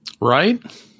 Right